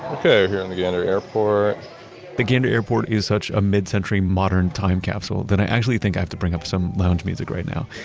okay we're here in the gander airport the gander airport is such a mid-century modern time capsule that i actually think i have to bring up some lounge music right now.